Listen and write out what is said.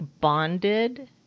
bonded